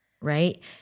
Right